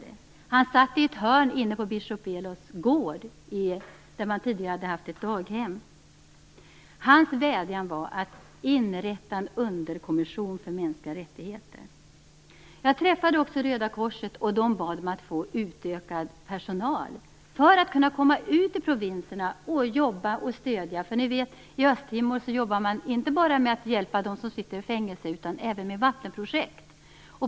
Den här mannen satt i ett hörn på biskop Belos gård, där det tidigare hade varit ett daghem. Han vädjade om en underkommission för frågor som rör mänskliga rättigheter. Jag träffade också folk från Röda korset. Man bad om utökad personal för att kunna nå ut i provinserna och jobba med stödjande verksamhet. I Östtimor jobbar man inte bara med att hjälpa dem som sitter i fängelse utan också med vattenprojekt.